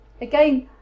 again